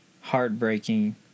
heartbreaking